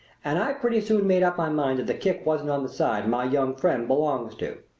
and i pretty soon made up my mind that the kick wasn't on the side my young friend belongs to.